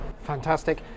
Fantastic